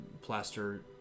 plaster